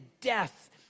death